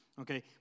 Okay